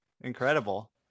Incredible